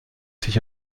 sich